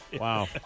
Wow